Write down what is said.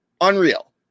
Unreal